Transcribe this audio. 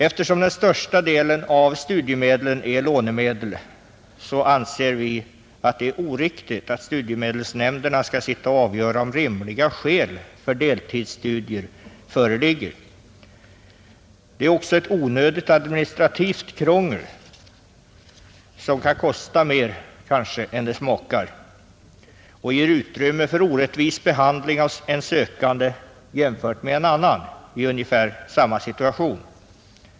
Eftersom största delen av studiemedlen är lånemedel anser vi, att det är oriktigt att studiemedelsnämnderna skall avgöra om rimliga skäl för deltidsstudier föreligger. Det blir också ett onödigt administrativt krångel som kan kosta mer än det smakar och som ger utrymme för orättvis behandling av en viss sökande jämfört med en annan i ungefär samma situation.